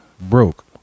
broke